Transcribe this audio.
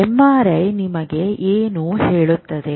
MRI ನಿಮಗೆ ಏನು ಹೇಳುತ್ತದೆ